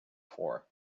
for